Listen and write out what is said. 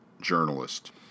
journalist